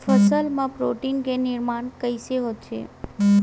फसल मा प्रोटीन के निर्माण कइसे होथे?